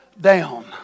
down